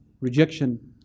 rejection